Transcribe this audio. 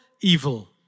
evil